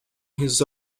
his